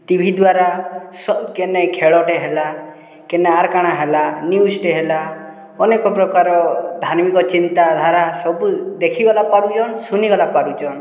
TV ଦ୍ୱାରା କେନେ ଖେଳଟେ ହେଲା କେନେ ଆର କାଣା ହେଲା ନ୍ୟୁଜ୍ଟେ ହେଲା ଅନେକ୍ ପ୍ରକାର୍ ଧାର୍ମିକ ଚିନ୍ତାଧାରା ସବୁ ଦେଖି ଗଲା ପାରୁଛନ୍ ଶୁନି ଗଲା ପାରୁଛନ୍